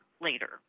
later –